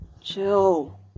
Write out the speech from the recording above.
Chill